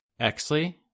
Exley